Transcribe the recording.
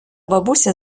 бабуся